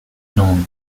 known